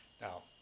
Now